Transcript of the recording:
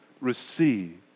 receive